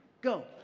Go